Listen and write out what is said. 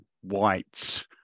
white